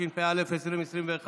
התשפ"א 2021,